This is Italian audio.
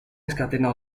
scatenò